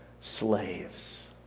slaves